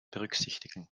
berücksichtigen